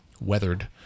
weathered